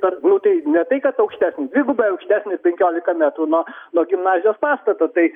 per nu tai ne tai kad aukštesnis dvigubai aukštesnis penkiolika metrų nuo nuo gimnazijos pastato tai